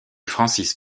francis